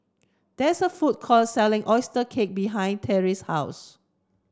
there is a food court selling oyster cake behind Terrie's house